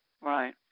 Right